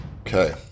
Okay